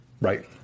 right